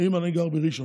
אם אני גר בראשון,